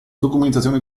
documentazione